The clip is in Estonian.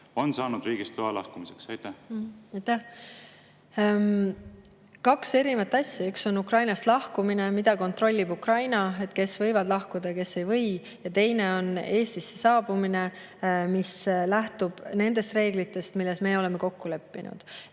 seaduslik alus. Aitäh! Kaks erinevat asja: üks on Ukrainast lahkumine, mida kontrollib Ukraina, kontrollib, kes võivad lahkuda ja kes ei või, ja teine on Eestisse saabumine, mis lähtub nendest reeglitest, milles me oleme kokku leppinud.